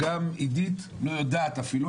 שגם עידית לא יודעת אפילו,